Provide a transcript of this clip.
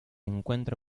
encuentra